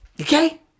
Okay